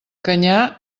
canyar